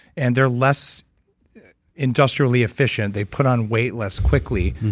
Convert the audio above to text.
and they're less industrially efficient. they put on weight less quickly.